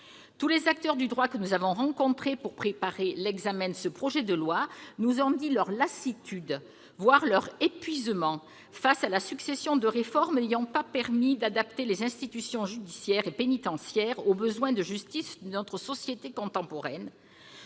Tous les acteurs du droit que nous avons rencontrés pour préparer l'examen de ce projet de loi nous ont dit leur lassitude, voire leur épuisement, devant une succession de réformes n'ayant pas permis d'adapter les institutions judiciaires et pénitentiaires au besoin de justice de notre société contemporaine.